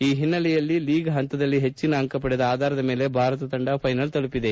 ಈ ಹಿನ್ನೆಲೆಯಲ್ಲಿ ಲೀಗ್ ಪಂತದಲ್ಲಿ ಹೆಚ್ಚಿನ ಅಂಕ ಪಡೆದ ಆಧಾರದ ಮೇಲೆ ಭಾರತ ತಂಡ ಫೈನಲ್ ತಲುಪಿದೆ